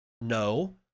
No